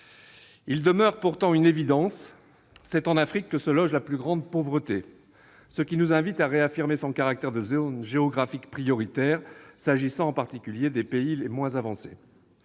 en 2021 ? Pourtant, une évidence demeure : c'est en Afrique que sévit la plus grande pauvreté, ce qui nous invite à réaffirmer son caractère de zone géographique prioritaire, s'agissant en particulier des pays les moins avancés.